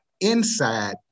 inside